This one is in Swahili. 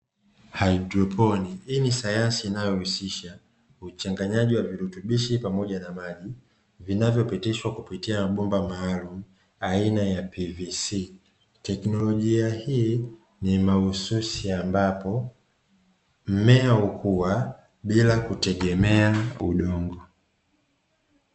Haidroponi, hii ni sayansi inayohusisha uchanganyaji wa virutubishi pamoja na maji; vinavyopitishwa kupitia mabomba maalumu aina ya "PVC". Teknolojia hii ni mahususi ambapo mmea hukua bila kutegemea udongo.